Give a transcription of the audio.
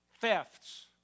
Thefts